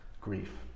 grief